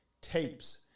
tapes